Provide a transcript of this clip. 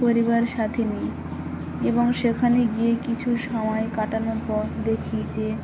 পরিবার সাথে নিই এবং সেখানে গিয়ে কিছু সময় কাটানোর পর দেখি যে